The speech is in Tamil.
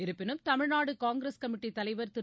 இருப்பினும் தமிழ்நாடு காங்கிரஸ் கமிட்டித் தலைவர் திரு